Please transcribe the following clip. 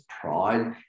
pride